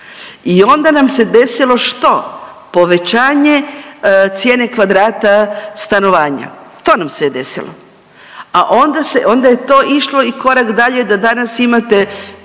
I onda nam se desilo što? Povećanje cijene kvadrata stanovanja, to nam se je desilo a onda je to išlo i korak dalje da danas imate